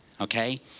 okay